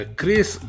Chris